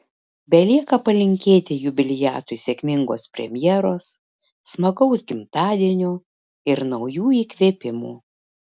belieka palinkėti jubiliatui sėkmingos premjeros smagaus gimtadienio ir naujų įkvėpimų